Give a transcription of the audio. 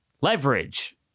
Leverage